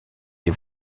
des